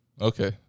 Okay